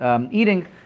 Eating